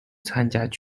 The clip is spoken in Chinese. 参加